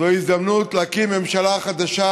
זו הזדמנות להקים ממשלה חדשה,